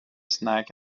snack